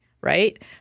right